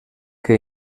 que